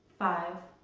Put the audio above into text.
five.